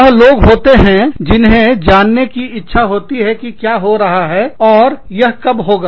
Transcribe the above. वह लोग होते हैं जिन्हें जानने की इच्छा होती है कि क्या हो रहा है और यह कब होगा